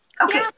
Okay